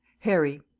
harry,